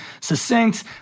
succinct